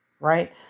right